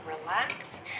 relax